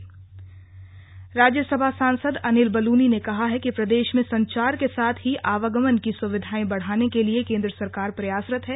आवागमन राज्यसभा सांसद अनिल बलूनी ने कहा है कि प्रदेश मे संचार के साथ ही आवागमन की सुविधायें बढाने के लिए केंद्र सरकार प्रयासरत है